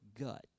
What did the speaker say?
gut